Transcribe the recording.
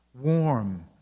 warm